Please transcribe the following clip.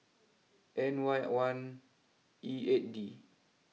N Y one E eight D